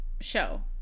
show